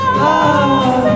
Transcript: love